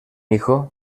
hijo